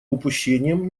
упущением